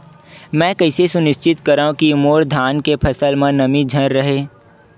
मैं कइसे सुनिश्चित करव कि मोर धान के फसल म नमी झन रहे?